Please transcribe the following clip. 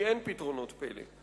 כי אין פתרונות פלא,